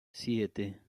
siete